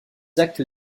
actes